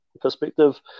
perspective